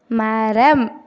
மரம்